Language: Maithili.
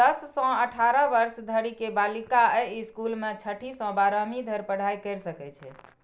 दस सं अठारह वर्ष धरि के बालिका अय स्कूल मे छठी सं बारहवीं धरि पढ़ाइ कैर सकै छै